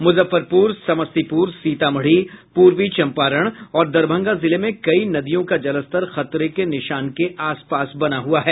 मुजफ्फरपुर समस्तीपुर सीतामढ़ी पूर्वी चम्पारण और दरभंगा जिले में कई नदियों का जलस्तर खतरे के निशान के आस पास बना हुआ है